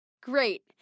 Great